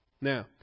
Now